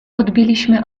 odbiliśmy